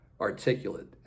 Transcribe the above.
articulate